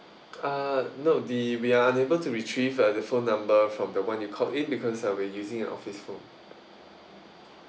uh no the we are unable to retrieve the phone number from the one you called in because uh we're using an office phone